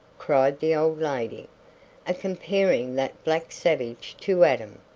cried the old lady a-comparing that black savage to adam!